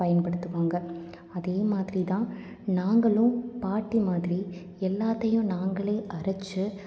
பயன்படுத்துவாங்க அதே மாதிரி தான் நாங்களும் பாட்டி மாதிரி எல்லாத்தையும் நாங்களே அரைச்சு